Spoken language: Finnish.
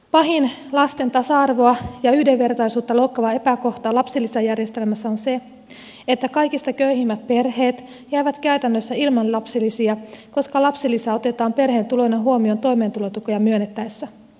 pahin lasten tasa arvoa ja yhdenvertaisuutta loukkaava epäkohta lapsilisäjärjestelmässä on se että kaikista köyhimmät perheet jäävät käytännössä ilman lapsilisiä koska lapsilisä otetaan perheen tuloina huomioon toimeentulotukea myönnettäessä